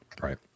Right